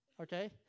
Okay